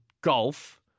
golf